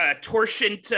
torsion